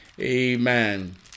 Amen